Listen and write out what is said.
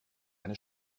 eine